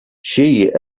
she